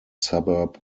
suburb